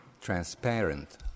transparent